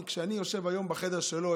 כשאני יושב היום בחדר שלו,